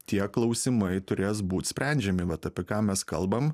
tie klausimai turės būt sprendžiami vat apie ką mes kalbam